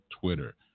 Twitter